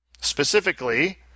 Specifically